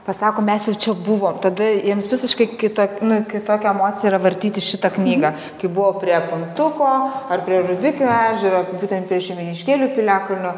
pasako mes jau čia buvom tada jiems visiškai kita nu kitokia emocija yra vartyti šitą knygą kai buvo prie puntuko ar prie rubikių ežero būtent prie šeimyniškėlių piliakalnio